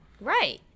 Right